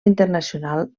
internacional